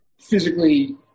physically